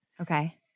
Okay